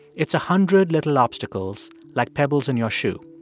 it's a hundred little obstacles, like pebbles in your shoe